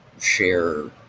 share